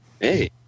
Hey